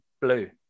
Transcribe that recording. blue